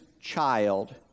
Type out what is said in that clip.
child